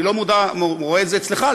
אני לא רואה את זה אצלך,